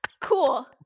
Cool